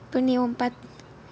அப்பே நீ உன் பத்து:appae nee un pathu